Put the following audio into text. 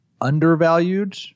undervalued